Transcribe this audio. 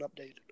updated